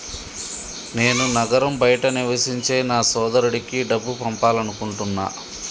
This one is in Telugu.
నేను నగరం బయట నివసించే నా సోదరుడికి డబ్బు పంపాలనుకుంటున్నా